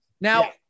Now